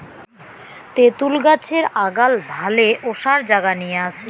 তেতুল গছের আগাল ভালে ওসার জাগা নিয়া আছে